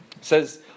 says